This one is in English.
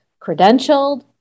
credentialed